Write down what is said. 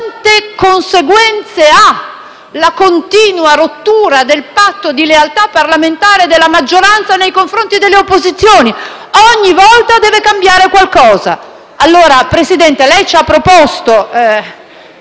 quante conseguenze ha la continua rottura del patto di lealtà parlamentare della maggioranza nei confronti delle opposizioni: ogni volta deve cambiare qualcosa. *(Applausi dal Gruppo